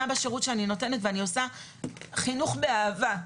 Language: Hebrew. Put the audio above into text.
בשירות שאני נותנת ואני עושה חינוך באהבה.